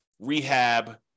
rehab